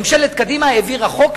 ממשלת קדימה העבירה חוק,